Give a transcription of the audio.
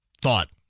thought